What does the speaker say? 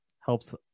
Helps